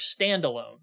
standalone